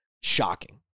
shocking